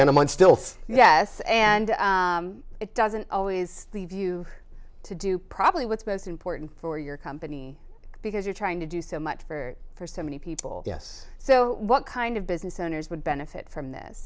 and i'm on stilts yes and it doesn't always leave you to do probably what's most important for your company because you're trying to do so much for for so many people yes so what kind of business owners would benefit from th